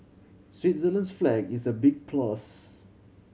Switzerland's flag is a big plus